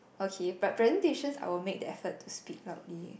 okay but presentations I will make the effort to speak loudly